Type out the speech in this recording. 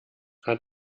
hat